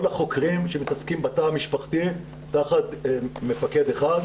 החוקרים שמתעסקים בתא המשפחתי תחת מפקד אחד,